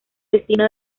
destino